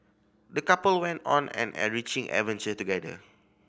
the couple went on an enriching adventure together